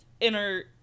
inner